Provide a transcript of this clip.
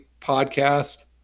podcast